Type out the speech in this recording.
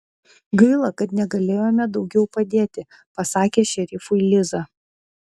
gaila kad negalėjome daugiau padėti pasakė šerifui liza